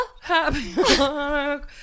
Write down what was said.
Happy